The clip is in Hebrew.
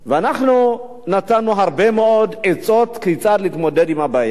ואנחנו נתנו הרבה מאוד עצות כיצד להתמודד עם הבעיה.